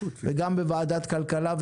וגם בוועדת כלכלה.